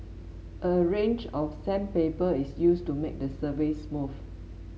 a range of sandpaper is used to make the surface smooth